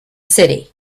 city